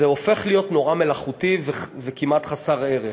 זה הופך להיות נורא מלאכותי וכמעט חסר ערך.